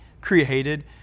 created